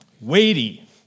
weighty